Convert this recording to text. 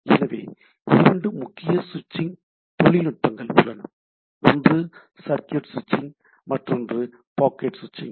எனவே இரண்டு முக்கிய சுவிட்சிங் தொழில்நுட்பங்கள் உள்ளன ஒன்று சர்க்யூட் சுவிட்சிங் மற்றொன்று பாக்கெட் சுவிட்சிங்